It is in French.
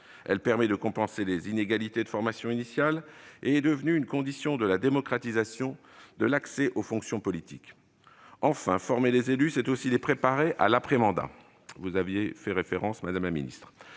Elle permet de compenser les inégalités de formation initiale et elle est devenue une condition de la démocratisation de l'accès aux fonctions politiques. Former les élus, c'est aussi les préparer à l'après-mandat- vous y avez fait référence, madame la ministre.